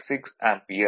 866 ampere